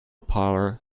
power